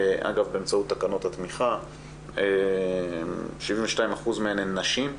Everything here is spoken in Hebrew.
אגב, באמצעות תקנות התמיכה, הן נשים.